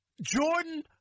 Jordan